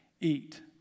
eat